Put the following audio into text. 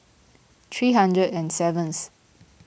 three hundred and seventh